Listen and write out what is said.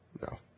No